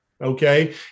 okay